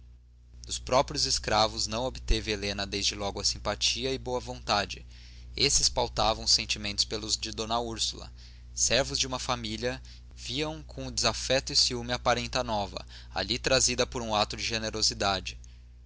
dos próprios escravos não obteve helena desde logo a simpatia e boa vontade esses pautavam os sentimentos pelos de d úrsula servos de uma família viam com desafeto e ciúme a parenta nova ali trazida por um ato de generosidade